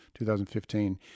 2015